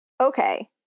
Okay